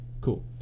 Cool